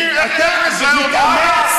אתה מתאמץ,